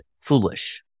foolish